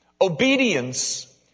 Obedience